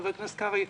חבר הכנסת קרעי,